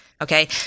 okay